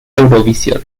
eurovisión